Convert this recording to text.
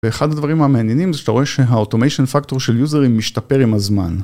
ואחד הדברים המעניינים זה שאתה רואה שהאוטומיישן פקטור של יוזרים משתפר עם הזמן